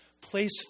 Place